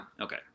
Okay